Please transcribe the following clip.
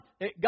God